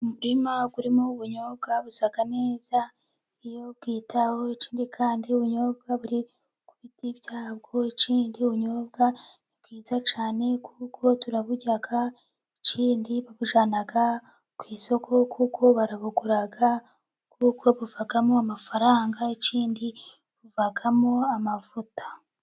Umuririma urimo ubunyobwa busa neza iyo bwitaweho, ikindi kandi ubunyobwa buri ku biti byabwo, ikindi ubunyobwa ni bwiza cyane kuko turaburya, ikindi babujyana ku isoko kuko barabugura, kuko buvamo amafaranga, ikindi buvamo amavuta.